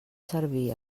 servir